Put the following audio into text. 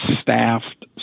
staffed